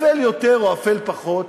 אפל יותר או אפל פחות,